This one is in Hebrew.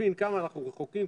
ולהבין כמה אנחנו רחוקים,